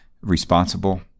responsible